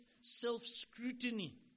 self-scrutiny